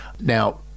Now